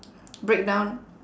break down